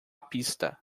pista